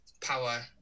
power